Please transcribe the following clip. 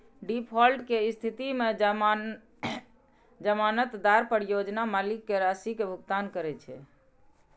default के स्थिति मे जमानतदार परियोजना मालिक कें राशि के भुगतान करै छै